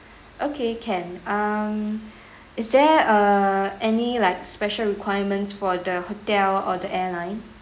okay can um is there uh any like special requirements for the hotel or the airline